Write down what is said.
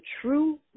true